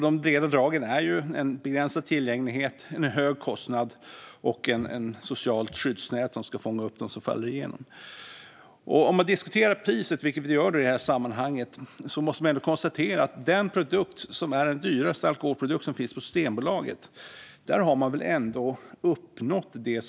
De breda dragen är en begränsad tillgänglighet, en hög kostnad och ett socialt skyddsnät som ska fånga upp dem som faller igenom. Om man diskuterar priset, vilket vi gör i det här sammanhanget, måste man ändå konstatera att syftet med skatten är uppnått för den dyraste alkoholprodukt som finns på Systembolaget.